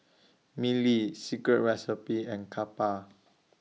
Mili Secret Recipe and Kappa